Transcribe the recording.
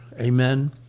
Amen